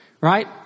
right